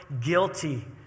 guilty